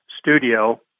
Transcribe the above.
studio